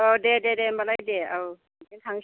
औ दे दे होनबालाय दे औ बेजोंनो थांनोसै आं